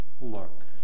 look